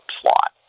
plot